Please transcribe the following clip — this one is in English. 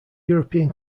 european